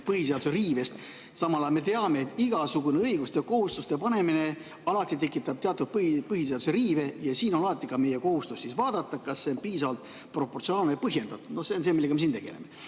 põhiseaduse riivest. Samal ajal me teame, et igasugune õiguste ja kohustuste panemine alati tekitab teatud põhiseaduse riive, ja siin on alati ka meie kohustus vaadata, kas see on piisavalt proportsionaalne ja põhjendatud. No see on see, millega me siin tegeleme.